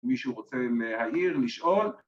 מישהו רוצה להעיר לשאול?